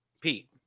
Pete